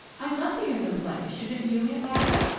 i'd love to hear them play, shouldn't you, aunt marcia?